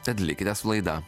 tad likite su laida